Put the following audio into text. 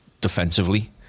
defensively